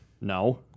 No